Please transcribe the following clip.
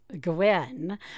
Gwen